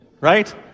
right